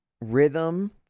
rhythm